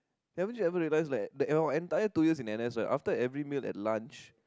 haven't you ever realized like the our entire two years in n_s right after every meal at lunch